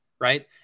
right